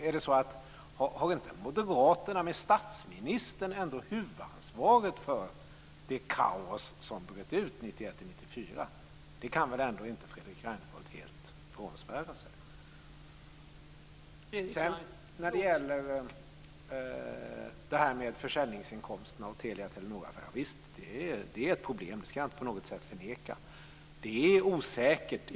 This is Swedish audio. Har inte Moderaterna med statsministern ändå huvudansvaret för det kaos som bröt ut 1991-1994? Det ansvaret kan väl ändå inte Fredrik Reinfeldt helt frånsvära sig? Det är ett problem med försäljningsinkomsterna från Telia-Telenor-affären. Det ska jag inte på något sätt förneka.